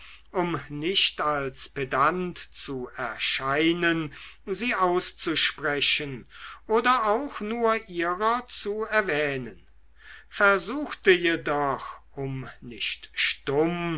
um nicht als pedant zu erscheinen sie auszusprechen oder auch ihrer nur zu erwähnen versuchte jedoch um nicht stumm